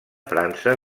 frança